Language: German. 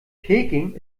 peking